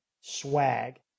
swag